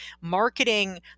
Marketing